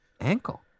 ankle